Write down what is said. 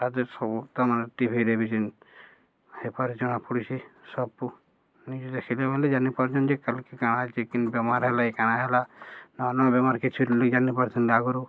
ତା ସବୁ ତାମାନେ ଟିଭିରେ ବି ହେପରି ଜଣା ପଡ଼ୁଛି ସବୁ ନ୍ୟୁଜ୍ ଦେଖିଲେ ବଲେ ଜାଣିପାରୁଛନ୍ତି ଯେ କାଲି କାଣା ଯେ କେ ବେମାର ହେଲା ଏ କାଣା ହେଲା ନୂଆ ନୂଆ ବେମାର କିଛି ନିଜାଣିପାରୁଛନ୍ତି ଆଗରୁ